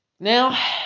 Now